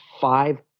five